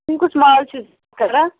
تُہۍ کُس مال چھِو کَران